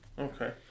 Okay